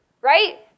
right